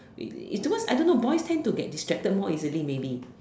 it's towards I don't know boys tend to get distracted more easily maybe